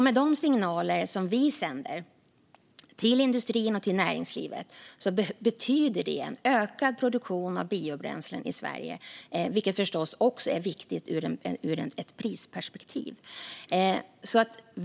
Med de signaler vi sänder till industrin och näringslivet betyder det en ökad produktion av biobränslen i Sverige, vilket förstås också är viktigt ur ett prisperspektiv.